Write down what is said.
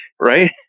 Right